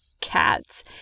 cats